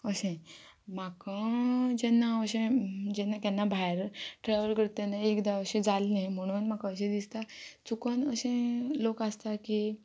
अशें म्हाका जेन्ना अशें जेन्ना केन्ना भायर ट्रेवल करता तेन्ना एकदां अशें जाल्लें म्हणून म्हाका अशें दिसता चुकून अशे लोक आसता की